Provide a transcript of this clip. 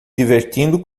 divertindo